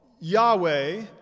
Yahweh